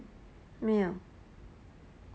没有